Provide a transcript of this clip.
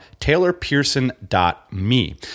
taylorpearson.me